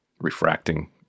refracting